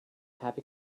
happy